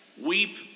weep